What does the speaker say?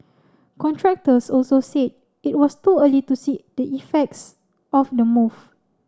contractors also said it was too early to see the effects of the move